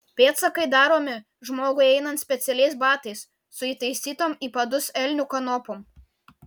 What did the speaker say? pėdsakai daromi žmogui einant specialiais batais su įtaisytom į padus elnių kanopom